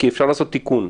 כי אפשר לעשות תיקון.